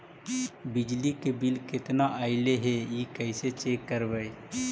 बिजली के बिल केतना ऐले हे इ कैसे चेक करबइ?